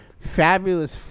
Fabulous